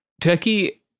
turkey